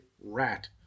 rat